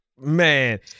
man